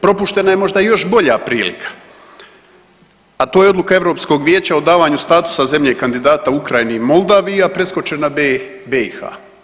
Propuštena je možda još bolja prilika, a to je odluka Europskog vijeća o davanju statusa zemlje kandidata Ukrajini i Moldaviji, a preskočena B, BiH.